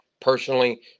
personally